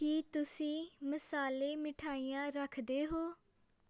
ਕੀ ਤੁਸੀਂ ਮਸਾਲੇ ਮਿਠਾਈਆਂ ਰੱਖਦੇ ਹੋ